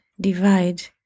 divide